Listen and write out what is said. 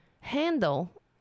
handle